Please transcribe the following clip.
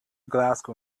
glasgow